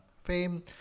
fame